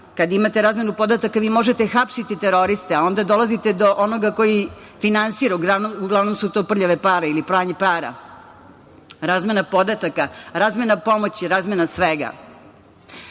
Kada imate razmenu podataka vi možete hapsiti teroriste. Onda dolazite do onoga koji finansira. Uglavnom su to prljave pare ili pranje para. Razmena podataka, razmena pomoći, razmena svega. Živela